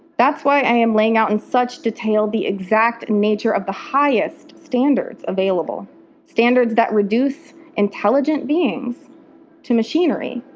that's why i'm laying out in such detail the exact nature of the highest standards available standards that reduce intelligent beings to machinery.